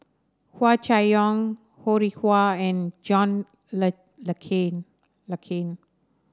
Hua Chai Yong Ho Rih Hwa and John Le Le Cain Le Cain